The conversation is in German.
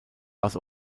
was